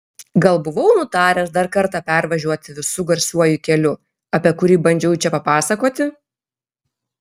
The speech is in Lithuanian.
gal buvau nutaręs dar kartą pervažiuoti visu garsiuoju keliu apie kurį bandžiau čia papasakoti